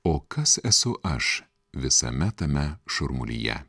o kas esu aš visame tame šurmulyje